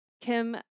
kim